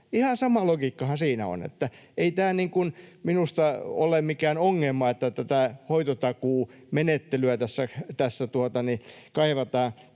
Ihan sama logiikkahan siinä on. Että ei tämä minusta ole mikään ongelma, että tätä hoitotakuumenettelyä tässä tarvitaan.